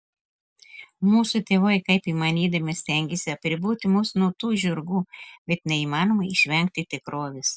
mūsų tėvai kaip įmanydami stengėsi atriboti mus nuo tų žirgų bet neįmanoma išvengti tikrovės